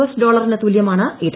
S ഡോളറിന് തുല്യമാണ് ഇത്